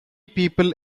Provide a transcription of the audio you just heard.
people